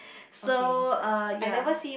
so uh ya